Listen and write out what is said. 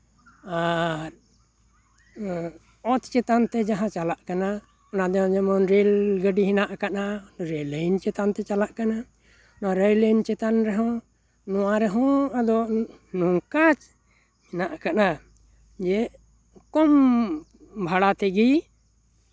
ᱟᱨ ᱚᱛ ᱪᱮᱛᱟᱱ ᱛᱮ ᱡᱟᱦᱟᱸ ᱫᱚ ᱪᱟᱞᱟᱜ ᱠᱟᱱᱟ ᱚᱱᱟ ᱫᱚ ᱡᱮᱢᱚᱱ ᱨᱮᱞ ᱜᱟᱹᱰᱤ ᱦᱮᱱᱟᱜ ᱠᱟᱫᱟ ᱨᱮᱞ ᱞᱟᱭᱤᱱ ᱪᱮᱛᱟᱱ ᱛᱮ ᱪᱟᱞᱟᱜ ᱠᱟᱱᱟ ᱱᱚᱣᱟ ᱨᱮᱞ ᱞᱟᱭᱤᱱ ᱪᱮᱛᱟᱱ ᱨᱮᱦᱚᱸ ᱱᱚᱣᱟ ᱨᱮᱦᱚᱸ ᱟᱫᱚ ᱚᱱᱠᱟ ᱦᱮᱱᱟᱜ ᱠᱟᱫᱟ ᱡᱮ ᱠᱚᱢ ᱵᱷᱟᱲᱟ ᱛᱮᱜᱮ